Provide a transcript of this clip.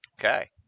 Okay